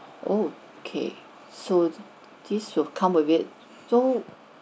oh okay so this will come with it so